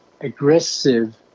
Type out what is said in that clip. aggressive